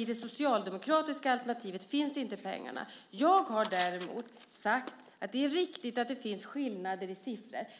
I det socialdemokratiska alternativet finns ju inte pengarna. Jag har däremot sagt att det är riktigt att det finns skillnader i siffror.